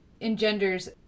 engenders